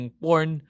porn